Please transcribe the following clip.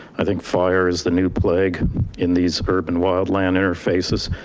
i think fire is the new plague in these urban-wildland interfaces.